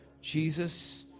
Jesus